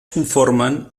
conformen